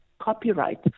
copyright